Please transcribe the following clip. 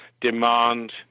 demand